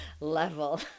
level